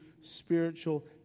spiritual